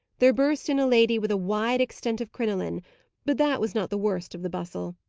there burst in a lady with a wide extent of crinoline, but that was not the worst of the bustle.